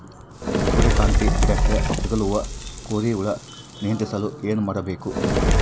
ಸೂರ್ಯಕಾಂತಿ ಗಿಡಕ್ಕೆ ತಗುಲುವ ಕೋರಿ ಹುಳು ನಿಯಂತ್ರಿಸಲು ಏನು ಮಾಡಬೇಕು?